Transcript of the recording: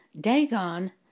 Dagon